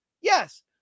Yes